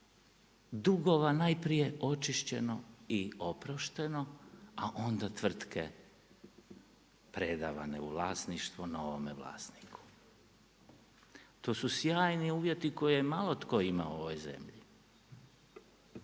dugova najprije očišćeno i oprošteno, a onda tvrtke predavane u vlasništvo novome vlasniku. To su sjajni uvjeti tko je malo tko imao u ovoj zemlji.